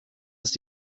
ist